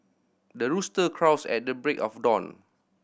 the rooster crows at the break of dawn